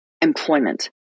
employment